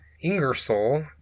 Ingersoll